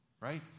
right